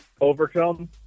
Overcome